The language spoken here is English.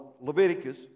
Leviticus